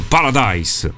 Paradise